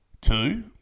Two